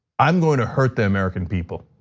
i'm going to hurt the american people,